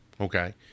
Okay